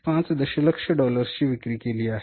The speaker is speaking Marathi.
5 दशलक्ष डॉलर्सची विक्री केली आहे